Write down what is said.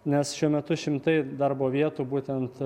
nes šiuo metu šimtai darbo vietų būtent